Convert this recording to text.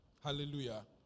Hallelujah